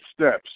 steps